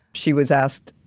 she was asked,